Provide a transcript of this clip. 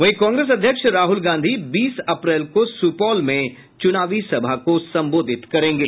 वहीं कांग्रेस अध्यक्ष राहुल गांधी बीस अप्रैल को सुपौल में चुनावी सभा को संबोधित करेंगे